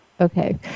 Okay